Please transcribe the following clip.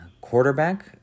quarterback